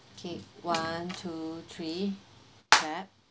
okay one two three clap